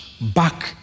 back